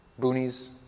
boonies